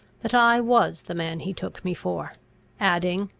that i was the man he took me for adding,